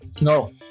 No